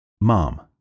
Mom